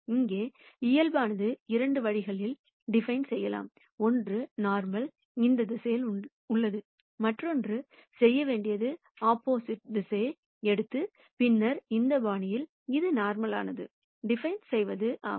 இங்கே இயல்பானது இரண்டு வழிகளில் டிபைன் செய்யலாம் ஒன்று நார்மல் இந்த திசையில் உள்ளது மற்றொன்று செய்ய வேண்டியது ஆப்போசிட் திசையை எடுத்து பின்னர் இந்த பாணியில் ஒரு நார்மல்லானது டிபைன் செய்வது ஆகும்